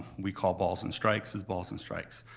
we call balls and strikes as balls and strikes.